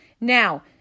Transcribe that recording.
Now